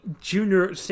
junior